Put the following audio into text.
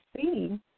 see